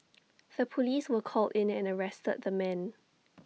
the Police were called in and arrested the man